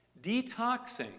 detoxing